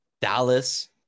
Dallas